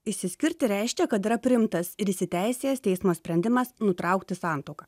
išsiskirti reiškia kad yra priimtas ir įsiteisėjęs teismo sprendimas nutraukti santuoką